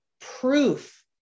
proof